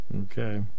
Okay